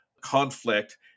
conflict